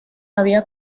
había